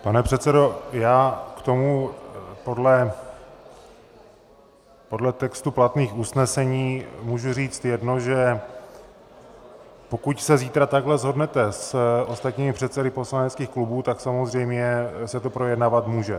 Pane předsedo, já k tomu podle textu platných usnesení můžu říct jedno, že pokud se zítra takhle shodnete s ostatními předsedy poslaneckých klubů, tak samozřejmě se to projednávat může.